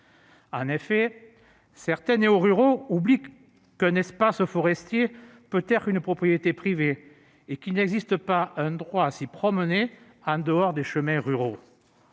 En effet, certains néoruraux oublient qu'un espace forestier peut être une propriété privée et qu'il n'existe pas un droit à s'y promener en dehors des chemins ruraux.